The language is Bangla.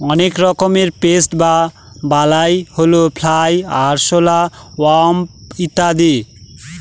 অনেক রকমের পেস্ট বা বালাই হল ফ্লাই, আরশলা, ওয়াস্প ইত্যাদি